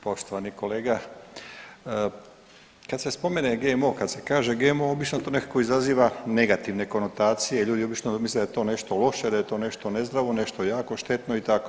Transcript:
Poštovani kolega, kad se spomene GMO, kad se kaže GMO obično to nekako izaziva negativne konotacije, ljudi obično misle da je to nešto loše, da je to nešto nezdravo, nešto jako štetno i tako.